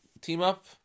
team-up